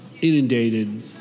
inundated